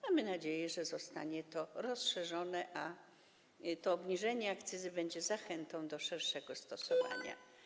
Mamy nadzieję, że zostanie to rozszerzone, a to obniżenie akcyzy będzie zachętą do jego szerszego stosowania.